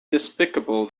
despicable